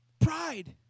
Pride